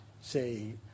say